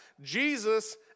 Jesus